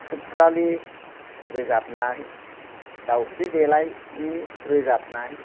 सुत्रालि रोजाबनाय दावस्रि देलायनि रोजाबनाय